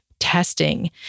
testing